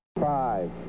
five